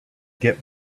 get